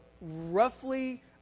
roughly